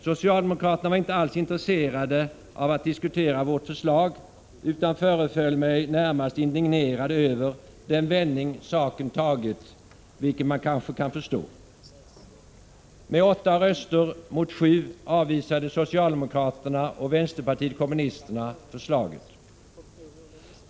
Socialdemokraterna var inte alls intresserade av att diskutera vårt förslag utan föreföll mig närmast indignerade över den vändning saken tagits, vilket man kanske kan förstå. Med 8 röster mot 7 avvisade socialdemokraterna och vänsterpartiet kommunisterna förslaget.